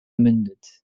mündet